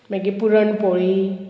मागीर पुरणपोळी